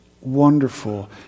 wonderful